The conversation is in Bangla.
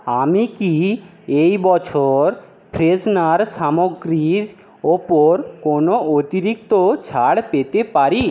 আমি কি এই বছর ফ্রেশনার সামগ্রীর ওপর কোনও অতিরিক্ত ছাড় পেতে পারি